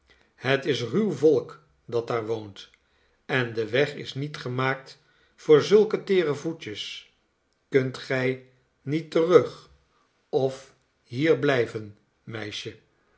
het is ruw volk dat daar woont en de weg is niet gemaakt voor zulke teere voetjes kunt gij niet terug of hier blijven meisje